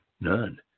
None